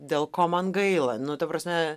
dėl ko man gaila nu ta prasme